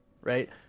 right